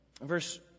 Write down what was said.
verse